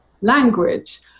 language